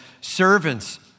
servants